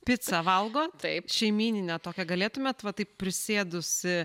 picą valgot šeimyninę tokią galėtumėt va taip prisėdusi